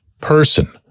person